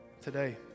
today